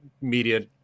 media